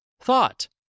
Thought